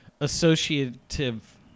associative